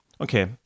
Okay